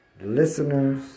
Listeners